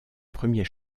premier